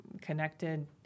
connected